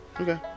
Okay